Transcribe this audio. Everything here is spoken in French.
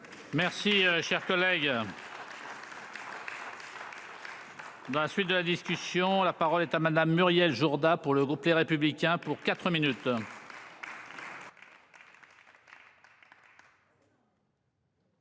Merci cher collègue. Dans la suite de la discussion, la parole est à Madame, Muriel Jourda pour le groupe Les Républicains pour 4 minutes.